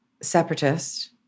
Separatist